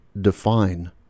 define